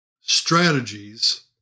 Strategies